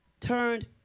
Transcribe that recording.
turned